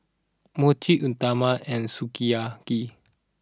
Mochi Uthapam and Sukiyaki